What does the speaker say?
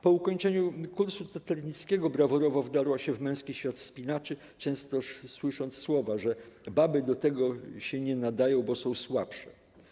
Po ukończeniu kursu taternickiego brawurowo wdarła się w męski świat wspinaczy, często słysząc słowa, że 'baby do niego się nie nadają, bo są słabsze'